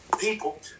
people